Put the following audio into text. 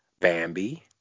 bambi